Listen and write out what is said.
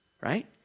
right